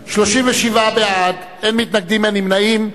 מתנגדים, אין נמנעים.